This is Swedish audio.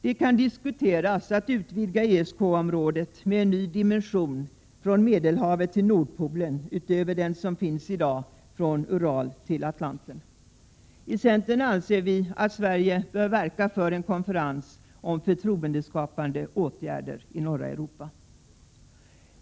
Det kan diskuteras om man skall utvidga ESK-området med en ny dimension från Medelhavet till Nordpolen — utöver vad som finns i dag, från Ural till Atlanten. Inom centern anser vi att Sverige bör verka för en konferens om förtroendeskapande åtgärder i norra Europa.